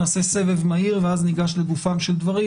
נעשה סבב מהיר ואז ניגש לגופם של דברים,